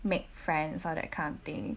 make friends or that kind of thing